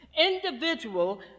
individual